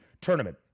tournament